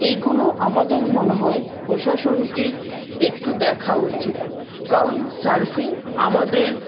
এইগুলো আমাদের মনে হয় প্রশাসনকে একটু দেখা উচিত কারণ সার্ফিং আমাদের